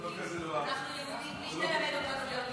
אנחנו יהודים בלי שתלמד אותנו להיות יהודים.